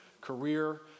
career